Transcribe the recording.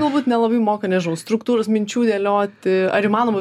galbūt nelabai moka nežinau struktūros minčių dėlioti ar įmanoma